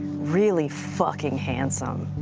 really fucking handsome.